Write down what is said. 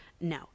No